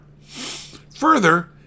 Further